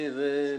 כן.